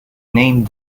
named